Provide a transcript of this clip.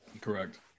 Correct